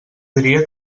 diria